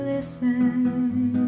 Listen